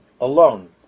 alone